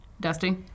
Dusty